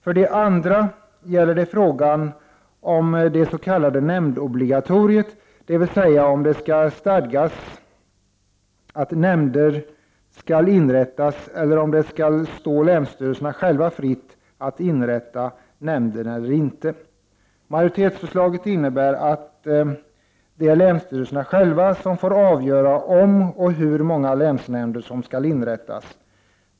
För det andra gäller det frågan om det s.k. nämndobligatoriet, dvs. om det skall stadgas att nämnder skall inrättas eller om det skall stå länsstyrelserna själva fritt att inrätta nämnder eller inte. Majoritetsförslaget innebär att det är länsstyrelserna själva som får avgöra om och hur många länsnämnder som skall inrättas.